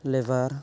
labour